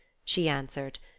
she answered.